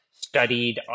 studied